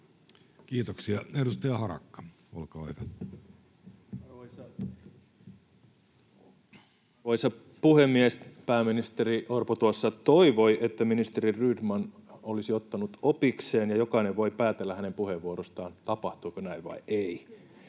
Kiitoksia. — Edustaja Harakka, olkaa hyvä. Arvoisa puhemies! Pääministeri Orpo tuossa toivoi, että ministeri Rydman olisi ottanut opikseen, ja jokainen voi päätellä hänen puheenvuorostaan, tapahtuiko näin vai ei.